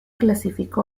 clasificó